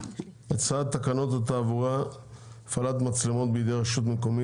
הצעת תקנות התעבורה (הפעלת מצלמות בידי רשות מקומית